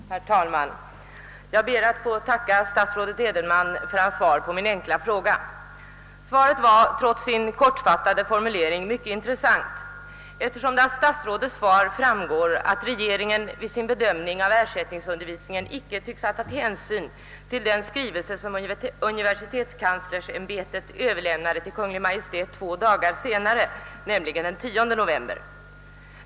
Herr talman! Jag ber att få tacka statsrådet Edenman för hans svar på min enkla fråga. Svaret är trots sin kortfattade formulering mycket intressant, eftersom det av svaret framgår, att regeringen vid sin bedömning av ersättningsundervisningen inte tycks ha tagit hänsyn till den skrivelse som universitetskanslersämbetet överlämnade till Kungl. Maj:t två dagar senare, nämligen den 10 november.